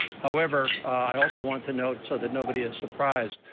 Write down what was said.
however, i also want to note so that nobody is surprised,